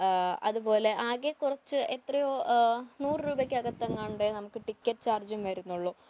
അതു പോലെ ആകെ കുറച്ച് എത്രയോ നൂറു രൂപക്കകത്തെങ്ങാണ്ടേ നമുക്ക് ടിക്കറ്റ് ചാർജ്ജും വരുന്നുള്ളൂ